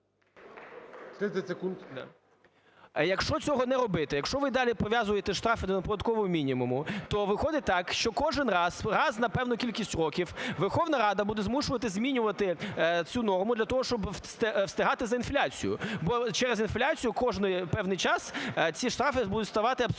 якщо цього не робити, якщо ви далі прив'язуєте штрафи до неоподаткованого мінімуму, то виходить так, що кожен раз, раз на певну кількість років Верховна Рада буде змушена змінювати цю норму для того, щоб встигати за інфляцією, бо через інфляцію кожний певний час ці штрафи будуть ставати абсолютно